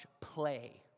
play